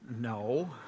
No